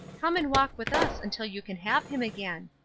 come and walk with us until you can have him again.